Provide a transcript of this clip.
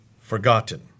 forgotten